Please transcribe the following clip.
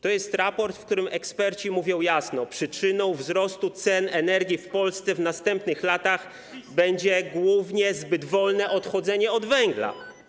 To jest raport, w którym eksperci mówią jasno: przyczyną wzrostu cen energii w Polsce w następnych latach będzie głównie zbyt wolne odchodzenie od węgla.